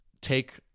take